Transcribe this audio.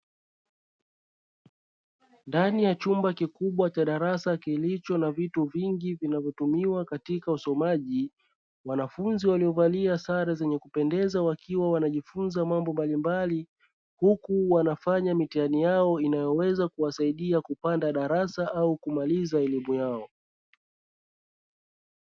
Ndani ya chumba kikubwa cha darasa kilicho na vitu vingi vinavyotumiwa katika usomaji, wanafunzi waliovalia sare zenye kupendeza wakiwa wanajifunza mambo mbalimbali, huku wanafanya mitihani yao inayoweza kuwasaidia kupanda darasa au kumaliza elimu yao.